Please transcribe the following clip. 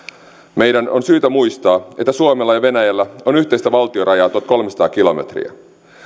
meidän on syytä muistaa että suomella ja venäjällä on yhteistä valtiorajaa tuhatkolmesataa kilometriä